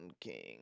King